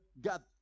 God